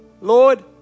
Lord